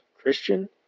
Christian